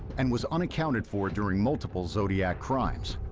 and was unaccounted for during multiple zodiac crimes,